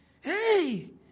hey